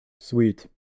sweet